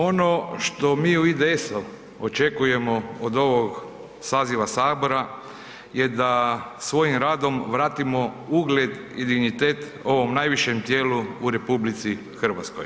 Ono što mi u IDS-u očekujemo od ovog saziva Sabora je da svojim radom vratimo ugled i dignitet ovom, najvišem tijelu u RH.